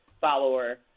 follower